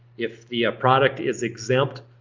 if the product is exempt,